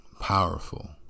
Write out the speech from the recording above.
powerful